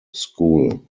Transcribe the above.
school